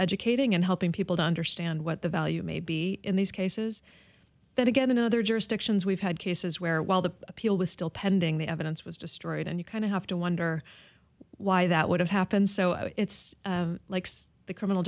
educating and helping people to understand what the value may be in these cases that again in other jurisdictions we've had cases where while the appeal was still pending the evidence was destroyed and you kind of have to wonder why that would have happened so it's likes the criminal